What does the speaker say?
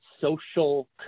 social